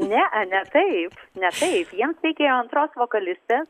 nea ne taip ne taip jiems reikėjo antros vokalistės